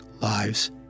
lives